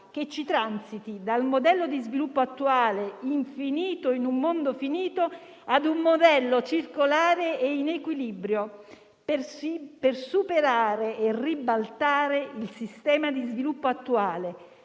che ci transiti dal modello di sviluppo attuale, infinito in un mondo finito, ad uno circolare e in equilibrio, per superare e ribaltare il primo, che preme sul